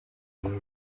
heza